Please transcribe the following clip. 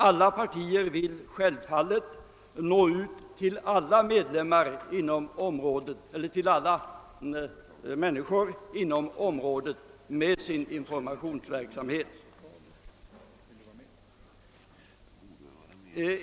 Alla partier vill självfallet nå ut till alla människor inom området med sin informationsverksamhet.